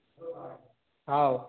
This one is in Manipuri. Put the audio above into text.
ꯍꯥꯎ